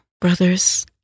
brothers